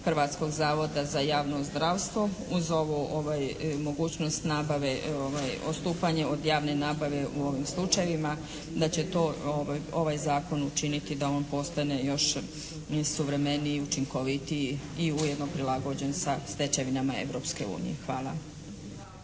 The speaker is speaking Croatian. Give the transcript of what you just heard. Hrvatskog zavoda za javno zdravstvo uz ovu mogućnost nabave, odstupanje od javne nabave u ovim slučajevima da će to ovaj zakon učiniti da ovaj zakon postane još suvremeniji, učinkovitiji i ujedno prilagođen sa stečevinama Europske unije. Hvala.